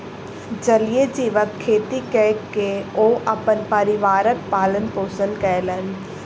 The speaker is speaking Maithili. जलीय जीवक खेती कय के ओ अपन परिवारक पालन पोषण कयलैन